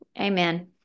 Amen